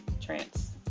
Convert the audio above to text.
Trance